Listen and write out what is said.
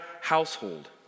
household